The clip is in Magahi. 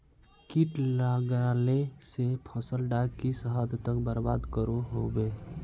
किट लगाले से फसल डाक किस हद तक बर्बाद करो होबे?